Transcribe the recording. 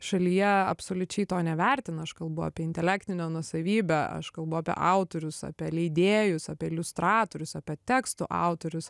šalyje absoliučiai to nevertina aš kalbu apie intelektinę nuosavybę aš kalbu apie autorius apie leidėjus apie iliustratorius apie tekstų autorius